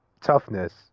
Toughness